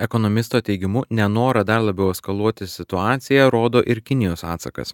ekonomisto teigimu nenorą dar labiau eskaluoti situaciją rodo ir kinijos atsakas